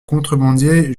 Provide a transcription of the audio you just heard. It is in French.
contrebandier